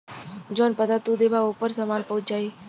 जौन पता तू देबा ओपर सामान पहुंच जाई